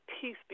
peace